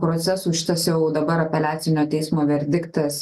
procesų šitas jau dabar apeliacinio teismo verdiktas